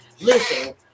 listen